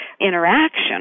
interaction